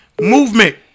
movement